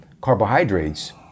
carbohydrates